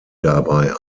dabei